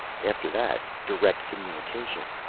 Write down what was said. after that direct communication.